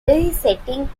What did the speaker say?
besetting